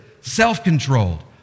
self-controlled